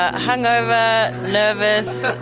ah hungover, nervous,